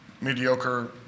mediocre